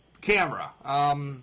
camera